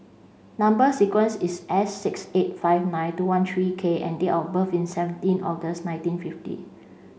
number sequence is S six eight five nine two one three K and date of birth is seventeen August nineteen fifty